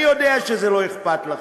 אני יודע שזה לא אכפת לכם.